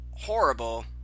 horrible